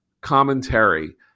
commentary